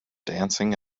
dancing